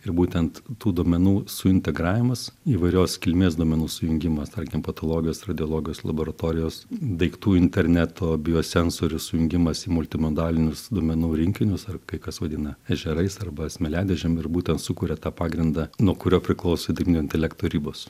ir būtent tų duomenų suintegravimas įvairios kilmės duomenų sujungimas tarkim patologijos radiologijos laboratorijos daiktų interneto biosensorių sujungimas į multimodalinius duomenų rinkinius ar kai kas vadina ežerais arba smėliadėžėm ir būtent sukuria tą pagrindą nuo kurio priklauso dirbtinio intelekto ribos